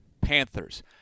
Panthers